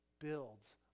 builds